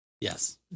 Yes